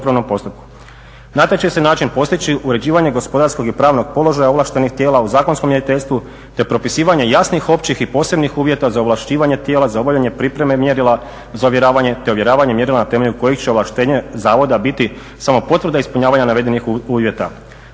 tijela u zakonskom mjeriteljstvu, te propisivanje jasnih općih i posebnih uvjeta za ovlašćivanje tijela za obavljanje pripreme mjerila za ovjeravanje, te ovjeravanje mjerila na temelju kojih će ovlaštenje zavoda biti samo potvrda ispunjavanja navedenih uvjeta,